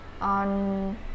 on